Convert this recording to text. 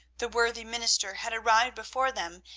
the worthy minister had arrived before them,